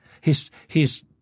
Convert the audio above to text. He's—he's—